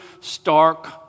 stark